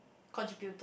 contributed